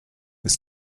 ist